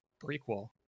prequel